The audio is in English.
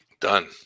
Done